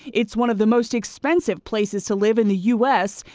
it's one of the most expensive places to live in the us,